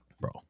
bro